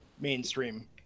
mainstream